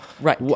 Right